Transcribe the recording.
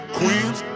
queens